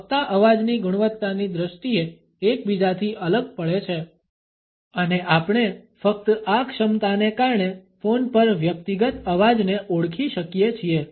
વક્તા અવાજની ગુણવત્તાની દ્રષ્ટિએ એકબીજાથી અલગ પડે છે અને આપણે ફક્ત આ ક્ષમતાને કારણે ફોન પર વ્યક્તિગત અવાજને ઓળખી શકીએ છીએ